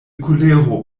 koleru